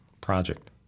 project